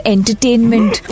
Entertainment